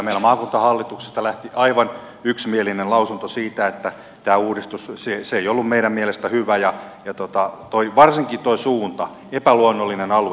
meillä maakuntahallituksesta lähti aivan yksimielinen lausunto siitä että tämä uudistus ei ollut meidän mielestämme hyvä varsinkaan tuo suunta epäluonnollinen alue